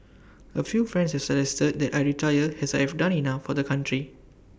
A few friends have suggested that I retire as I have done enough for the country